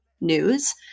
news